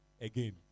again